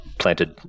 Planted